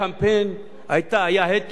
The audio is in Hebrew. היה מסע ציבורי בנושא הזה,